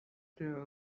there